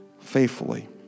faithfully